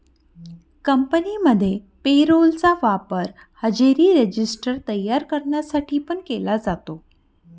कंपनीमध्ये payroll चा वापर हजेरी रजिस्टर तयार करण्यासाठी पण केला जातो